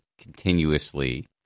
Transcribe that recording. continuously